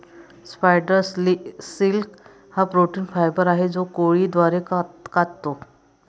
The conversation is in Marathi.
स्पायडर सिल्क हा प्रोटीन फायबर आहे जो कोळी द्वारे काततो